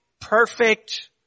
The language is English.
perfect